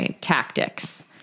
tactics